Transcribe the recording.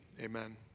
amen